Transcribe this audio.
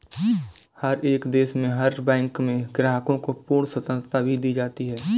हर एक देश में हर बैंक में ग्राहकों को पूर्ण स्वतन्त्रता भी दी जाती है